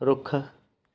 ਰੁੱਖ